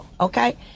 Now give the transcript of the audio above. okay